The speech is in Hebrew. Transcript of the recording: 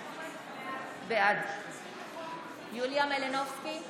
בעד יוליה מלינובסקי,